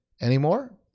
anymore